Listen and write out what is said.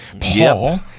Paul